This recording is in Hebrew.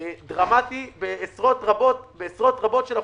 דרמטי בעשרות רבות של אחוזים.